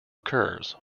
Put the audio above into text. occurs